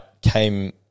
came